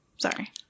Sorry